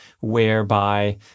whereby